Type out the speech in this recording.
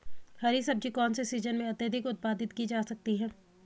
हरी सब्जी कौन से सीजन में अत्यधिक उत्पादित की जा सकती है?